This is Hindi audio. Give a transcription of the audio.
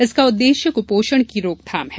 इसका उद्देश्य कृपोषण की रोकथाम है